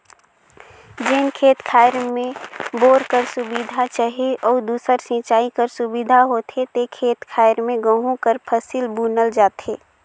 जेन खेत खाएर में बोर कर सुबिधा चहे अउ दूसर सिंचई कर सुबिधा होथे ते खेत खाएर में गहूँ कर फसिल बुनल जाथे